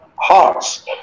Hearts